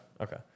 okay